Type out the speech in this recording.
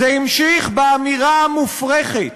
זה המשיך באמירה המופרכת,